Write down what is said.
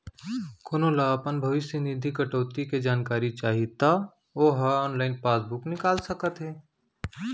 कोनो ल अपन भविस्य निधि कटउती के जानकारी चाही त ओ ह ऑनलाइन पासबूक निकाल सकत हे